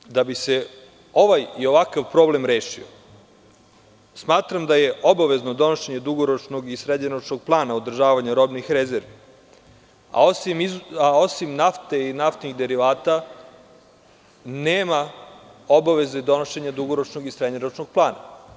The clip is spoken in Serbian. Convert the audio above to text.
Dalje, da bi se ovaj i ovakav problem rešio, smatram da je obavezno donošenje dugoročnog i srednjoročnog plana održavanja robnih rezerve, a osim nafte i naftnih derivata nema obaveze donošenja dugoročnog i srednjoročnog plana.